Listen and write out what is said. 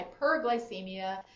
hyperglycemia